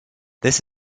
this